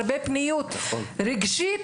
הרבה פניות רגשית,